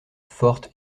forte